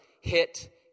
hit